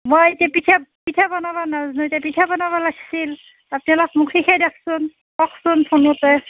মই এতিয়া পিঠা পিঠা বনাব নেজানোঁ এতিয়া পিঠা বনাব লাগিছিল তাকে অলপ মোক শিকাই দিয়কচোন কওকচোন ফোনোতেই